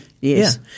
Yes